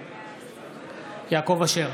נגד יעקב אשר,